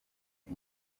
uyu